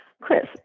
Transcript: Chris